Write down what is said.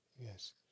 yes